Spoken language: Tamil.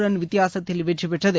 ரன் வித்தியாசத்தில் வெற்றி பெற்றது